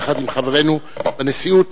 יחד עם חברינו בנשיאות,